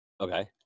Okay